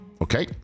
Okay